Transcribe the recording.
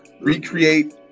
recreate